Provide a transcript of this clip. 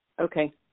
Okay